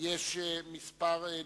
יש כמה נושאים.